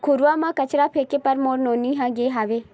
घुरूवा म कचरा फेंके बर मोर नोनी ह गे हावय